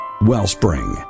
Wellspring